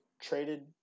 traded